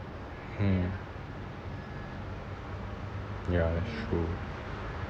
hmm ya that's true